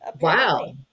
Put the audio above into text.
Wow